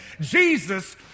Jesus